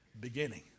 beginning